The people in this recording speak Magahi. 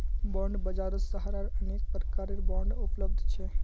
बॉन्ड बाजारत सहारार अनेक प्रकारेर बांड उपलब्ध छ